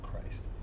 Christ